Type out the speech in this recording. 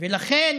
ולכן